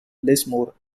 lismore